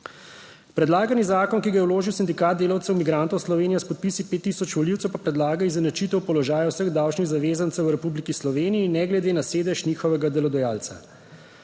Predlagani zakon, ki ga je vložil Sindikat delavcev migrantov Slovenije s podpisi 5000 volivcev pa predlaga izenačitev položaja vseh davčnih zavezancev v Republiki Sloveniji ne glede na sedež njihovega delodajalca.